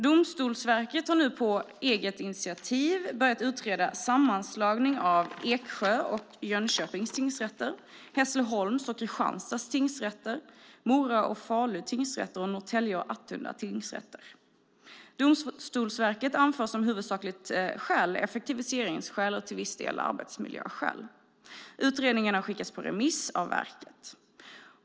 Domstolsverket har nu på eget initiativ börjat utreda en sammanslagning av Eksjö och Jönköpings tingsrätter, Hässleholms och Kristianstads tingsrätter, Mora och Falu tingsrätter samt Norrtälje och Attunda tingsrätter. Domstolsverket anför som huvudsakliga skäl effektiviseringsskäl och till viss del arbetsmiljöskäl. Utredningen har skickats på remiss av verket.